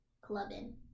Clubbing